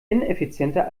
ineffizienter